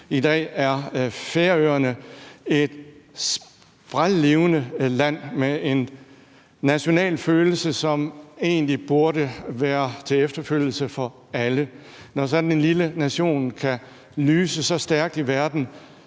i dag er Færøerne et sprællevende land med en nationalfølelse, som egentlig burde være eksempel til efterfølgelse for alle. Når sådan en lille nation kan lyse så stærkt i verden,